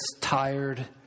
tired